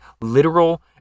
literal